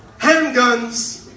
handguns